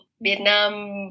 Vietnam